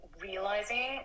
realizing